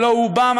הלוא הוא אובמה,